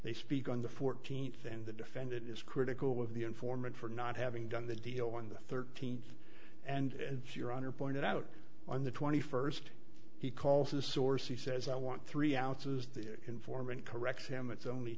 they speak on the fourteenth and the defendant is critical of the informant for not having done the deal on the thirteenth and so your honor pointed out on the twenty first he calls a source he says i want three ounces the informant corrects him it's only